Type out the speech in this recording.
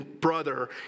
brother